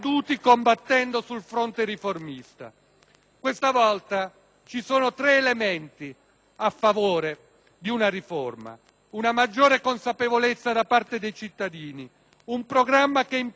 a favore di una riforma: una maggiore consapevolezza da parte dei cittadini, un programma che impegna la maggioranza tutta e la forza di una inequivocabile legittimazione popolare.